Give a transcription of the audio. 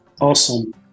Awesome